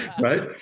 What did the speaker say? Right